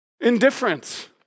Indifference